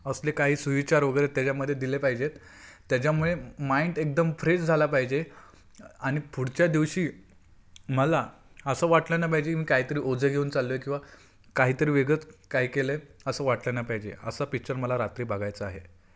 असले काही सुविचार वगैरे त्याच्यामध्ये दिले पाहिजेत त्याच्यामुळे माइंट एकदम फ्रेश झाला पाहिजे आणि पुढच्या दिवशी मला असं वाटलं ना पाहिजे मी काहीतरी ओझ घेऊन चाललोय किंवा काहीतरी वेगळ काय केलंय असं वाटलं ना पाहिजे असा पिच्चर मला रात्री बघायचा आहे